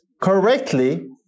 correctly